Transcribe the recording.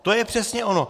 To je přesně ono.